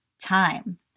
time